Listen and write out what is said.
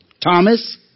Thomas